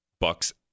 Bucks